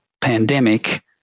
pandemic